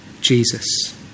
Jesus